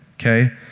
okay